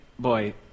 boy